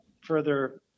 further